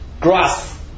grass